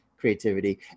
creativity